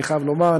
אני חייב לומר.